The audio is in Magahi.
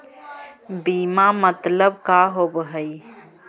बीमा मतलब का होव हइ?